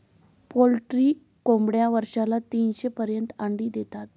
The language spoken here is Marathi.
पोल्ट्री कोंबड्या वर्षाला तीनशे पर्यंत अंडी देतात